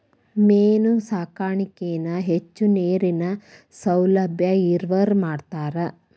main ಸಾಕಾಣಿಕೆನ ಹೆಚ್ಚು ನೇರಿನ ಸೌಲಬ್ಯಾ ಇರವ್ರ ಮಾಡ್ತಾರ